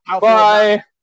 Bye